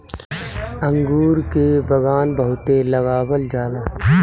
अंगूर के बगान बहुते लगावल जाला